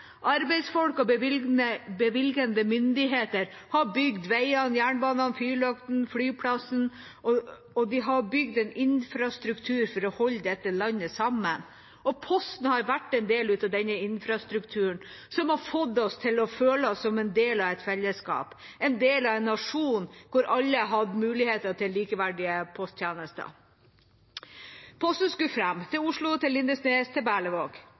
Arbeidsfolk og bevilgende myndigheter har bygd veiene, jernbanene, fyrlyktene, flyplassene, og de har bygd en infrastruktur for å holde dette landet sammen. Posten har vært en del av denne infrastrukturen, som har fått oss til å føle oss som en del av et fellesskap, en del av en nasjon der alle har hatt muligheter til likeverdige posttjenester. Posten skulle fram – til Oslo, til Lindesnes og til Berlevåg.